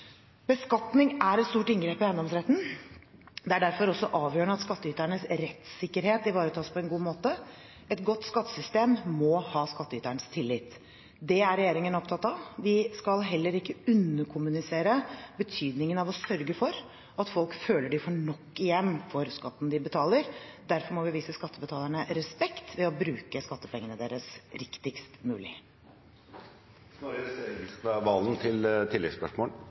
Beskatning er et stort inngrep i eiendomsretten. Det er derfor også avgjørende at skattyternes rettssikkerhet ivaretas på en god måte. Et godt skattesystem må ha skattyternes tillit. Det er regjeringen opptatt av. Vi skal heller ikke underkommunisere betydningen av å sørge for at folk føler de får nok igjen for skatten de betaler. Derfor må vi vise skattebetalerne respekt ved å bruke skattepengene deres riktigst